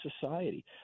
society